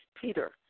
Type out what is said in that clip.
Peter